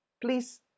please